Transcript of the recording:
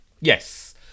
Yes